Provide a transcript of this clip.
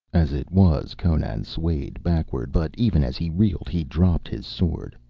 as it was, conan swayed backward, but even as he reeled he dropped his sword,